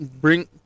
bring